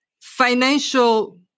financial